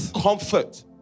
Comfort